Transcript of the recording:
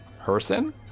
person